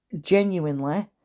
genuinely